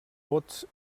vots